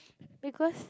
because